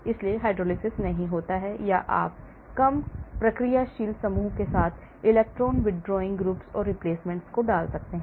इसलिए hydrolysis नहीं होता हैं या आप कम प्रतिक्रियाशील समूहों के साथ electron withdrawing groups or replacement डाल सकते हैं